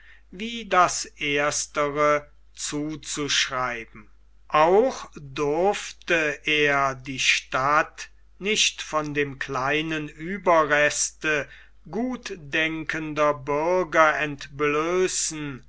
wie das erstere zuzuschreiben auch durfte er die stadt nicht von dem kleinen ueberreste gutdenkender bürger entblößen